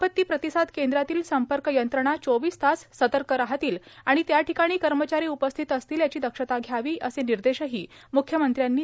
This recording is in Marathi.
आपत्ती प्रतिसाद केंद्रातील संपर्क यंत्रणा चोवीस तास सतर्क राहतील आणि त्या ठिकाणी कर्मचारी उपस्थित असतील याची दक्षता घ्यावीए असे निर्देशही म्ख्यमंत्र्यांनी दिले